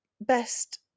best